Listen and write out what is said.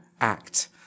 act